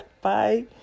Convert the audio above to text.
Bye